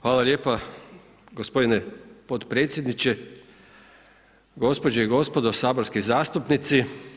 Hvala lijepa gospodine podpredsjedniče, gospođe i gospodo saborski zastupnici.